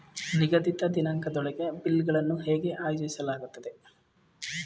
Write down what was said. ನಿಗದಿತ ದಿನಾಂಕದೊಳಗೆ ಬಿಲ್ ಗಳನ್ನು ಹೇಗೆ ಆಯೋಜಿಸಲಾಗುತ್ತದೆ?